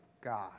God